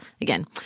Again